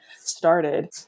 started